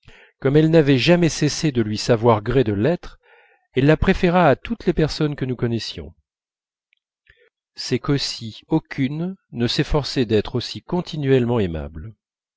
comme elle n'avait jamais cessé de lui savoir gré de l'être elle la préféra à toutes les personnes que nous connaissions c'est qu'aussi aucune ne s'efforçait d'être aussi continuellement aimable